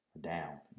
down